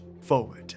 forward